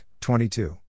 22